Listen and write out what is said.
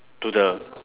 to the